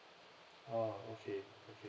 ah okay okay